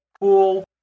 pool